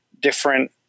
different